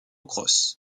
cross